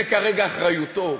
זה כרגע אחריותו,